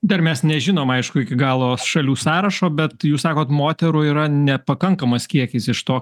dar mes nežinom aišku iki galo šalių sąrašo bet jūs sakot moterų yra nepakankamas kiekis iš to